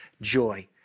joy